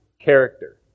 character